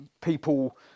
people